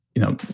you know,